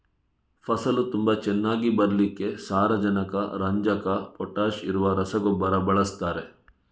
ಫಸಲು ತುಂಬಾ ಚೆನ್ನಾಗಿ ಬರ್ಲಿಕ್ಕೆ ಸಾರಜನಕ, ರಂಜಕ, ಪೊಟಾಷ್ ಇರುವ ರಸಗೊಬ್ಬರ ಬಳಸ್ತಾರೆ